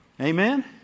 Amen